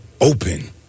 open